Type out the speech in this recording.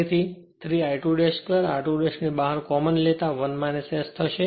અને 3 I2 2 r2 ને બહાર કોમન લેતા તે 1 S થશે